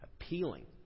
appealing